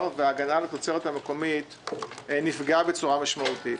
וההגנה על התוצרת המקומית נפגעה בצורה משמעותית.